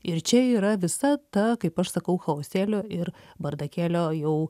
ir čia yra visa ta kaip aš sakau chaosėlio ir bardakėlio jau